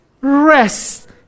rest